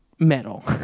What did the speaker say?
Metal